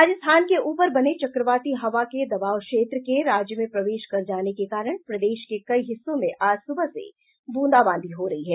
राजस्थान के ऊपर बने चक्रवाती हवा के दबाव क्षेत्र के राज्य में प्रवेश कर जाने के कारण प्रदेश के कई हिस्सों में आज सुबह से बूंदाबांदी हो रही है